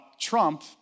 Trump